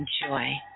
enjoy